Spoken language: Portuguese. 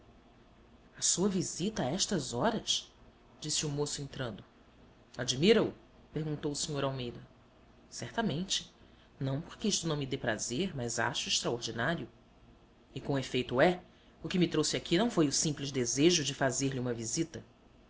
a sua visita a estas horas disse o moço entrando admira o perguntou o sr almeida certamente não porque isto não me dê prazer mas acho extraordinário e com efeito o é o que me trouxe aqui não foi o simples desejo de fazer-lhe uma visita